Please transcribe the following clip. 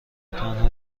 تنها